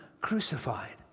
crucified